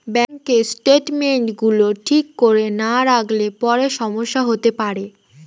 ব্যাঙ্কের স্টেটমেন্টস গুলো ঠিক করে না রাখলে পরে সমস্যা হতে পারে